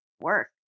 work